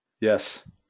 Yes